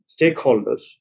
stakeholders